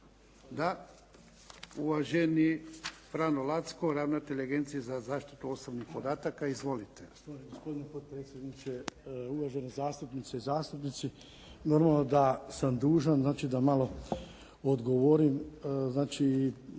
Da. Uvaženi Franjo Lacko, ravnatelj Agencije za zaštitu osobnih podataka. Izvolite.